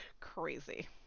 Crazy